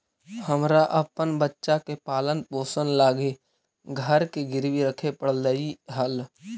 हमरा अपन बच्चा के पालन पोषण लागी घर के गिरवी रखे पड़लई हल